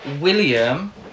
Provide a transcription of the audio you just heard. William